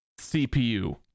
CPU